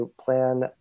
plan